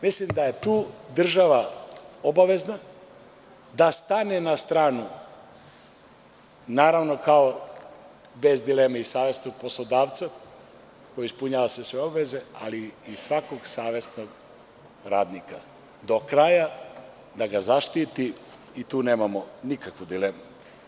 Mislim da je tu država obavezna da stane na stranu, naravno bez dileme i savesti u poslodavca koji ispunjava sve svoje obaveze, ali i svakog savesnog radnika, do kraja da ga zaštiti i tu nemamo nikakvu dilemu.